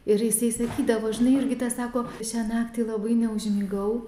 ir jisai sakydavo žinai jurgita sako šią naktį labai neužmigau